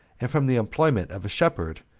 and from the employment of a shepherd,